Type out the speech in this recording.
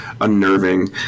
unnerving